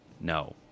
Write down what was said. No